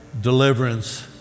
deliverance